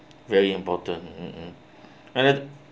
very important mmhmm and the